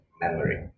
memory